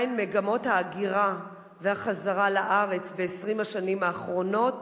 2. מהן מגמות ההגירה והחזרה לארץ ב-20 השנים האחרונות?